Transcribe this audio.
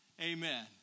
Amen